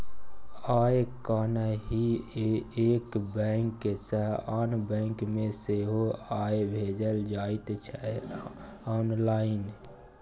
आय काल्हि एक बैंक सँ आन बैंक मे सेहो पाय भेजल जाइत छै आँनलाइन